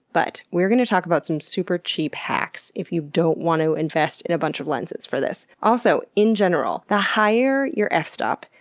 but we're going to talk about some super cheap hacks if you don't want to invest in a bunch of lenses for this. also, in general, the higher your f-stop,